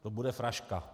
To bude fraška.